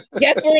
yes